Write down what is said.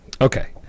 Okay